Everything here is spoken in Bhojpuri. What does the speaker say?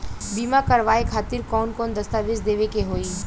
बीमा करवाए खातिर कौन कौन दस्तावेज़ देवे के होई?